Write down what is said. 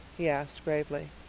he asked gravely.